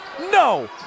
No